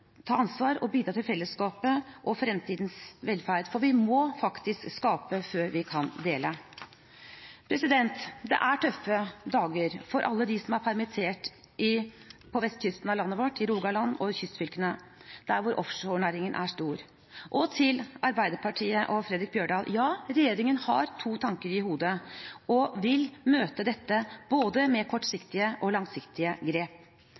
ta ansvar og bidra til fellesskapet og fremtidens velferd, for vi må faktisk skape før vi kan dele. Det er tøffe dager for alle dem som er permittert på vestkysten av landet vårt, i Rogaland og i kystfylkene, der offshorenæringen er stor. Og til Arbeiderpartiet og Fredric Holen Bjørdal: Ja, regjeringen har to tanker i hodet og vil møte dette med både kortsiktige og langsiktige grep.